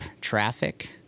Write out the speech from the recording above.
traffic